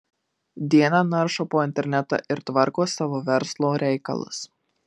dieną naršo po internetą ir tvarko savo verslo reikalus